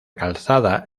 calzada